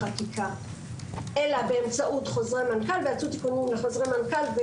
בחקיקה אלא באמצעות חוזרי מנכ"ל ויצאו תיקונים בחוזרי מנכ"ל.